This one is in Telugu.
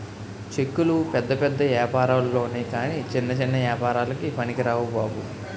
చెక్కులు పెద్ద పెద్ద ఏపారాల్లొనె కాని చిన్న చిన్న ఏపారాలకి పనికిరావు బాబు